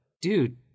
dude